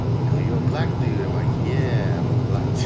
you know, your black dealer. i'm like yeah, i'm ah but